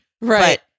Right